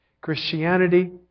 Christianity